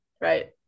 right